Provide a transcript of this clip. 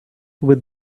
with